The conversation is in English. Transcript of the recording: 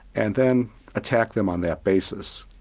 and then attack them on that basis.